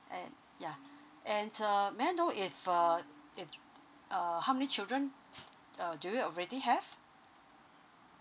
and ya and uh may I know if uh if uh how many children uh do you already have